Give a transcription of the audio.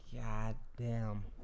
goddamn